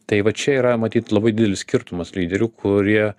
tai va čia yra matyt labai didelis skirtumas lyderių kurie